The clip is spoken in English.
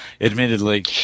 admittedly